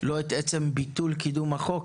לא את עצם ביטול קידום החוק,